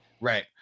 Right